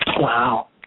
Wow